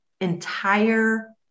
entire